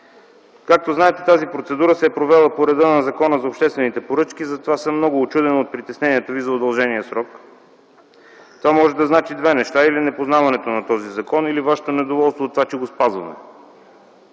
Както знаете, тази процедура се е провела по реда на Закона за обществените поръчки, затова съм много учуден от притеснението Ви за удължения срок. Това може да значи две неща – или непознаването на този закон, или Вашето недоволство от това, че го спазваме.